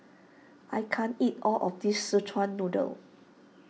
I can't eat all of this Szechuan Noodle